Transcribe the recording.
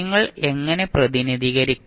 നിങ്ങൾ എങ്ങനെ പ്രതിനിധീകരിക്കും